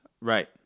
right